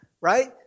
right